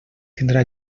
tindrà